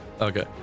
Okay